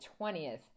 20th